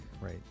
Right